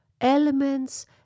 elements